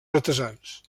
artesans